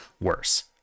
worse